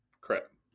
Correct